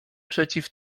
przeciw